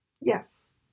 Yes